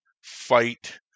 fight